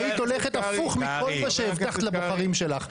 היית הולכת הפוך מכל מה שהבטחת לבוחריך שלך.